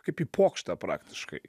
kaip į pokštą praktiškai